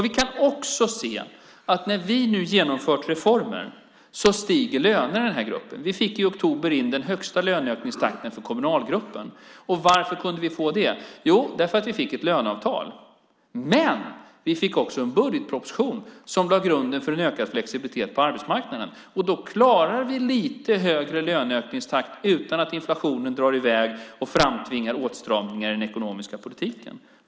Vi kan också se att när vi nu genomfört reformer stiger lönerna i den här gruppen. Vi fick i oktober den högsta löneökningstakten för kommunalgruppen. Varför kunde vi få det? Jo, därför att vi fick ett löneavtal. Vi fick också en budgetproposition som lade grunden för en ökad flexibilitet på arbetsmarknaden. Då klarar vi lite högre löneökningstakt utan att inflationen drar i väg och framtvingar åtstramningar i den ekonomiska politiken.